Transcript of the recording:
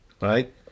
right